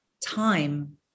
time